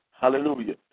Hallelujah